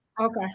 Okay